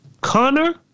Connor